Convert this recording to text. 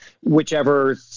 Whichever